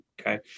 okay